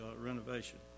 renovation